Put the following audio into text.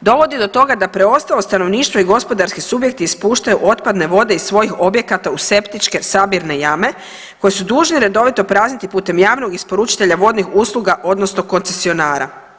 dovodi do toga da preostalo stanovništvo i gospodarski subjekti ispuštaju otpadne vode iz svojih objekata u septičke sabirne jame koje su dužni redovito prazniti putem javnog isporučitelja vodnih usluga odnosno koncesionara.